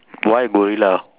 why gorilla